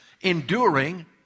enduring